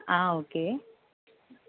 okay